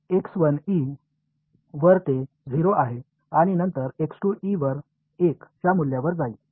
तर वर ते 0 आहे आणि नंतर वर 1 च्या मूल्यावर जाईल